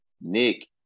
Nick